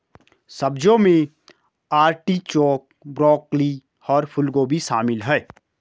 सब्जियों में artichoke, broccoli और फूलगोभी शामिल है